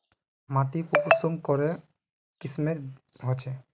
माटी कुंसम करे किस्मेर होचए?